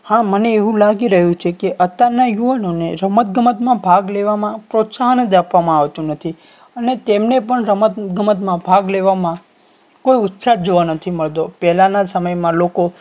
હા મને એવું લાગી રહ્યું છે કે અત્યારના યુવાનોને રમતગમતમાં ભાગ લેવામાં પ્રોત્સાહન જ આપવામાં આવતું નથી અને તેમને પણ રમતગમતમાં ભાગ લેવામાં કોઈ ઉત્સાહ જ જોવા નથી મળતો પહેલાના સમયમાં લોકો